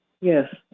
Yes